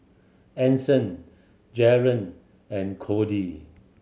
Anson Jaren and Cody